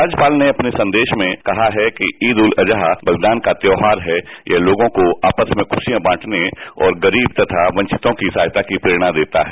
राज्यपाल ने अपने संदेश में कहा है कि ईद उल अजहा बलिदान का त्यौहार है यह लोगों को आपस में खशियां बांटने और गरीब तथा वंचित लोगों की सहायता की प्रेरणा देता है